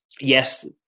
yes